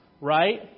right